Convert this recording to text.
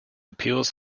appeals